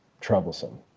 troublesome